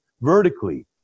vertically